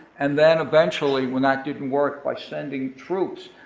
and then eventually when that didn't work by sending troops